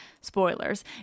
spoilers